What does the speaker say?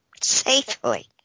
safely